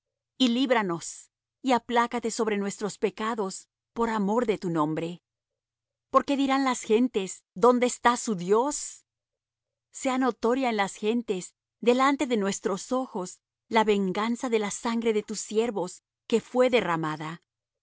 y líbranos y aplácate sobre nuestros pecados por amor de tu nombre porque dirán las gentes dónde está su dios sea notoria en las gentes delante de nuestros ojos la venganza de la sangre de tus siervos que fué derramada